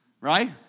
Right